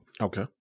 Okay